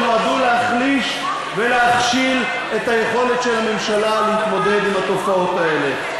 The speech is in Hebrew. שנועדו להחליש ולהכשיל את היכולת של הממשלה להתמודד עם התופעות האלה.